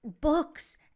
books